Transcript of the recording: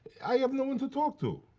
i have no one to talk to.